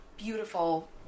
Beautiful